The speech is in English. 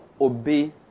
Obey